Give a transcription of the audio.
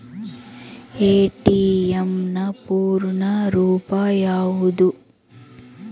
ATM ನ ಪೂರ್ಣ ರೂಪ ಯಾವುದು?